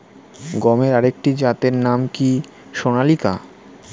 গমের আরেকটি জাতের নাম কি সোনালিকা?